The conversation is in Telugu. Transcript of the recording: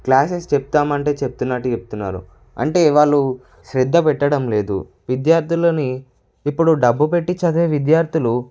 క్లాసెస్ చెప్తామంటే చెబుతున్నట్టు చెప్తున్నారు అంటే వాళ్ళు శ్రద్ధ పెట్టడం లేదు విద్యార్థులని ఇప్పుడు డబ్బు పెట్టి చదివే విద్యార్థులు